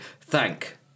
thank